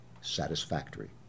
satisfactory